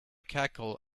cackle